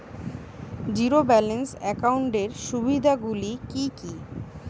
Zero balance একাউন্টের সুবিধা গুলি কি কি?